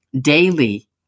daily